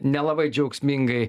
nelabai džiaugsmingai